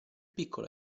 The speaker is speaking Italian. piccola